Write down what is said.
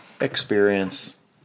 experience